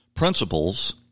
principles